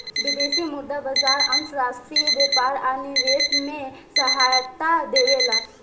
विदेशी मुद्रा बाजार अंतर्राष्ट्रीय व्यापार आ निवेश में सहायता देबेला